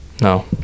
no